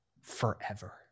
forever